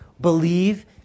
Believe